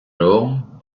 alors